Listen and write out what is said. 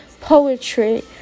poetry